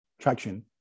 traction